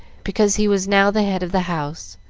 because he was now the head of the house,